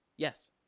Yes